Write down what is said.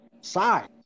side